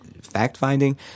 fact-finding